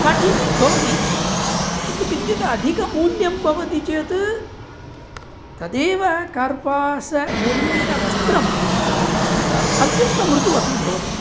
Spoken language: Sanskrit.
काठिन्यं भवति किन्तु किञ्चित् अधिकमूल्यं भवति चेत् तदेव कर्पासनिर्मितवस्त्रम् अत्यन्तं मृदुः अपि भवति